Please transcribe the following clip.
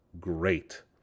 great